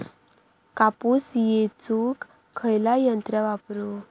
कापूस येचुक खयला यंत्र वापरू?